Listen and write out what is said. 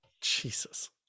Jesus